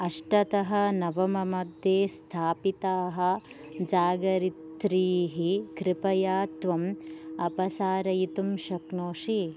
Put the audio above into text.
अष्टतः नवममध्ये स्थापिताः जागरित्रीः कृपया त्वम् अपसारयितुं शक्नोषि